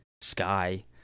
sky